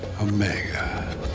Omega